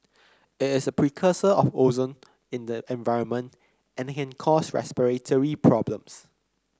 it is a precursor of ozone in the environment and can cause respiratory problems